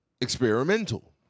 experimental